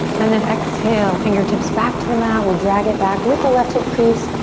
and then exhale, fingertips back to the mat. we'll drag it back with the left hip crease,